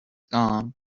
gone